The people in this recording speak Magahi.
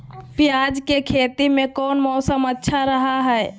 प्याज के खेती में कौन मौसम अच्छा रहा हय?